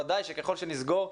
ודאי שככל שנסגור,